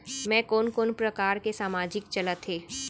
मैं कोन कोन प्रकार के सामाजिक चलत हे?